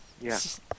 Yes